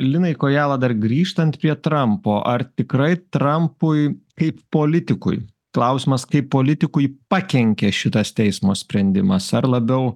lini kojala dar grįžtant prie trampo ar tikrai trampui kaip politikui klausimas kaip politikui pakenkė šitas teismo sprendimas ar labiau